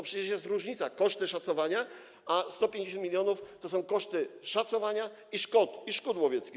Przecież jest różnica: koszty szacowania, a 150 mln to są koszty szacowania i szkód łowieckich.